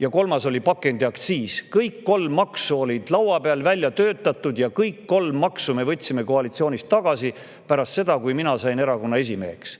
ja kolmas oli pakendiaktsiis. Kõik kolm maksu olid laua peal ja välja töötatud ning kõik kolm maksu me võtsime koalitsioonis tagasi pärast seda, kui mina sain erakonna esimeheks.